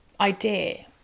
idea